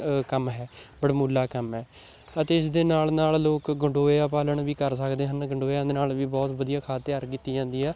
ਕੰਮ ਹੈ ਬੜਮੁੱਲਾ ਕੰਮ ਹੈ ਅਤੇ ਇਸ ਦੇ ਨਾਲ ਨਾਲ ਲੋਕ ਗੰਡੋਇਆ ਪਾਲਣ ਵੀ ਕਰ ਸਕਦੇ ਹਨ ਗੰਡੋਇਆ ਦੇ ਨਾਲ ਵੀ ਬਹੁਤ ਵਧੀਆ ਖਾਦ ਤਿਆਰ ਕੀਤੀ ਜਾਂਦੀ ਆ